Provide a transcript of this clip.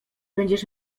będziesz